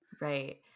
Right